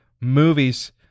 movies